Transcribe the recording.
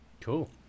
cool